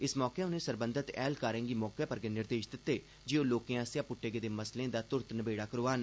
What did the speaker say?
इस मौके उनें सरबंधत ऐहलकारें गी मौके पर गै निर्देश दित्ते जे ओह् लोकें आसेआ पुट्टे गेदे मसलें दा तुरत नबेड़ा करोआन